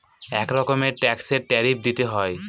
এক রকমের ট্যাক্সে ট্যারিফ দিতে হয়